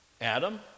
Adam